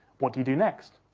what do you do next?